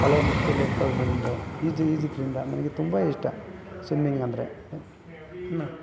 ತಲೆ ಮು ಕೂದಲು ಹಿಡ್ಕೊಂಡ್ ಬಂದು ಈಜು ಈಜಿದ್ದರಿಂದ ನನಗೆ ತುಂಬ ಇಷ್ಟ ಸ್ವಿಮ್ಮಿಂಗ್ ಅಂದರೆ